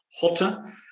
hotter